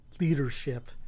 leadership